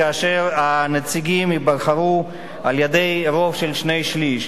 כאשר הנציגים ייבחרו על-ידי רוב של שני-שלישים.